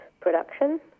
Production